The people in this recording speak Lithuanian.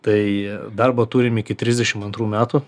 tai darbo turim iki trisdešim antrų metų